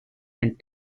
and